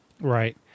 Right